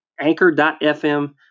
Anchor.fm